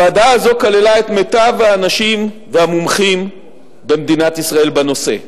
הוועדה הזאת כללה את מיטב האנשים והמומחים במדינת ישראל בנושא.